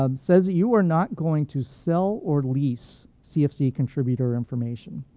um says that you are not going to sell or lease cfc contributor information.